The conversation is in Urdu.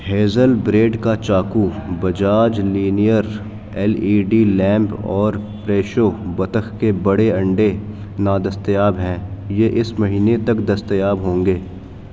ہیزل بریڈ کا choco Bajaj linear L E D lamp اور پریشو بطخ کے بڑے انڈے نادستیاب ہیں یہ اس مہینے تک دستیاب ہوں گے